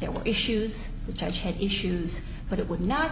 there were issues the judge had issues but it would not